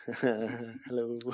hello